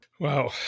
Wow